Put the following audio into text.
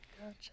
Gotcha